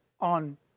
on